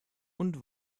und